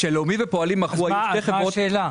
מה השאלה?